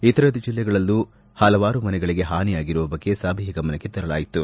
ಇತರ ಜಿಲ್ಲೆಗಳಲ್ಲೂ ಹಲವಾರು ಮನೆಗಳಿಗೆ ಹಾನಿಯಾಗಿರುವ ಬಗ್ಗೆ ಸಭೆಯ ಗಮನಕ್ಕೆ ತರಲಾಯಿತು